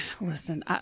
Listen